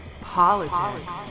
politics